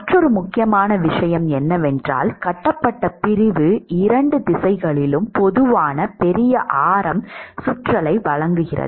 மற்றொரு முக்கியமான விஷயம் என்னவென்றால் கட்டப்பட்ட பிரிவு இரண்டு திசைகளிலும் போதுமான பெரிய ஆரம் சுற்றலை வழங்குகிறது